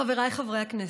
חבריי חברי הכנסת,